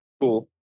cool